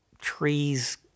trees